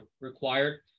required